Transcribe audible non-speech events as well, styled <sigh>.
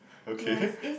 okay <laughs>